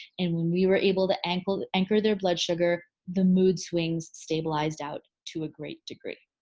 and when we were able to anchor to anchor their blood sugar the mood swings stabilized out to a great degree.